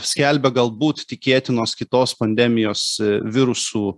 skelbia galbūt tikėtinos kitos pandemijos virusų